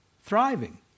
thriving